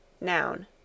Noun